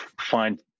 find